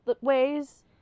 ways